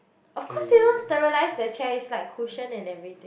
of course they don't sterilise the chair it's like cushion and everything